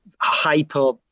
hyper